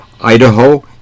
Idaho